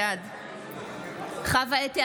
בעד חוה אתי